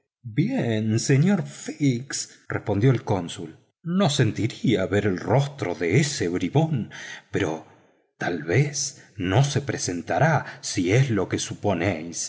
bien señor fix respondió el cónsul no sentiría ver el rostro de ese bribón pero tal vez no se presentará si es lo que suponéis